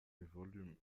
volume